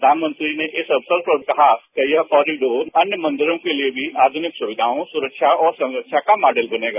प्रधानमंत्री ने इस अवसर पर कहा कि यह कॉरिडोर अन्य मंदिरों के लिए भी आध्निक सुविधाओं सुरक्षा और संरक्षा का मॉडल बनेगा